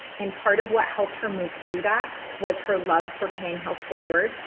and part of what helped her move through that was her love for paying help forward,